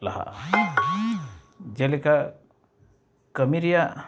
ᱞᱟᱦᱟᱜᱼᱟ ᱡᱮᱞᱮᱠᱟ ᱠᱟᱹᱢᱤ ᱨᱮᱭᱟᱜ